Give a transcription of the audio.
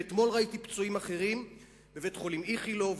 ואתמול ראיתי פצועים אחרים בבית-החולים "איכילוב",